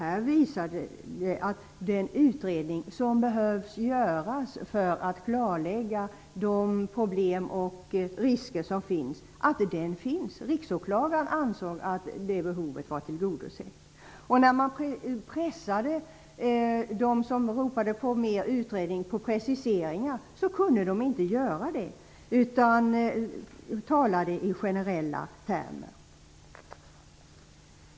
Den visade att den utredning som man anser behöver göras för att klarlägga problemen och riskerna redan finns. Riksåklagaren ansåg att det behovet var tillgodosett. När man pressade dem som ropade på mer utredning på preciseringar kunde de inte presentera sådana. Man talade i generella termer.